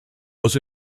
was